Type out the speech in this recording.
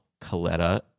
coletta